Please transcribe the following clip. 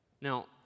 Now